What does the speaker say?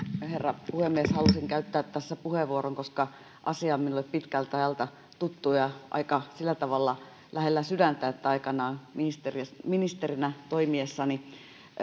herra puhemies halusin käyttää tässä puheenvuoron koska asia on minulle pitkältä ajalta tuttu ja sillä tavalla lähellä sydäntä että aikanaan ministerinä ministerinä toimiessani